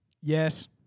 Yes